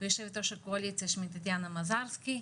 ויושבת ראש הקואליציה, שמי טטיאנה מזרסקי,